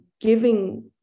giving